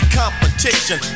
competition